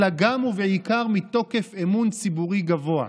אלא גם ובעיקר מתוקף אמון ציבורי גבוה.